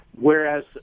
Whereas